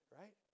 Right